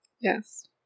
Yes